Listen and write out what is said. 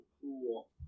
Cool